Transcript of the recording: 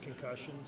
concussions